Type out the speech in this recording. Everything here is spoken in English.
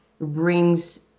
brings